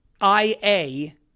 I-A